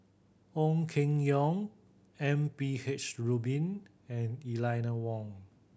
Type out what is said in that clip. Ong Keng Yong M P H Rubin and Eleanor Wong